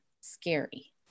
scary